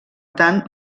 tant